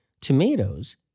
tomatoes